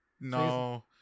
No